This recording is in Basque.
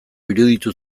iruditu